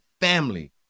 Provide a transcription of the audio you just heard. family